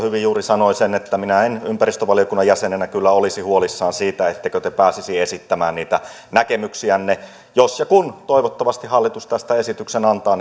hyvin juuri sanoi sen että minä en ympäristövaliokunnan jäsenenä kyllä olisi huolissani siitä ettekö te pääsisi esittämään näkemyksiänne jos ja kun toivottavasti hallitus tästä esityksen antaa